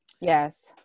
Yes